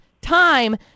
time